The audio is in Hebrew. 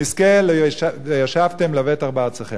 נזכה ל"וישבתם לבטח בארצכם".